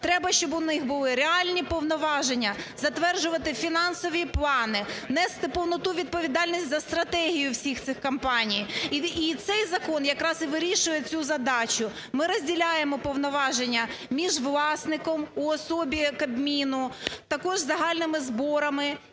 Треба, щоб у них були реальні повноваження затверджувати фінансові плани, нести повну відповідальність за стратегії всіх цих компаній. І цей закон якраз і вирішує цю задачу. Ми розділяємо повноваження між власником у особі Кабміну, також загальними зборами